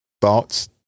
thoughts